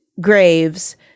graves